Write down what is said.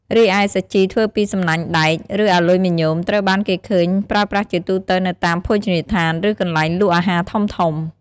រីឯ សាជីធ្វើពីសំណាញ់ដែក ឬអាលុយមីញ៉ូមត្រូវបានគេឃើញប្រើប្រាស់ជាទូទៅនៅតាមភោជនីយដ្ឋាន ឬកន្លែងលក់អាហារធំៗ។